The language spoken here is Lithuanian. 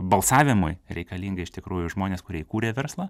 balsavimui reikalingi iš tikrųjų žmonės kurie įkūrė verslą